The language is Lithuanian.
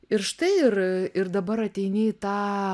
ir štai ir ir dabar ateini į tą